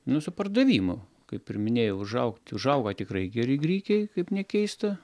nu su pardavimu kaip ir minėjau užaugt užauga tikrai geri grikiai kaip nekeista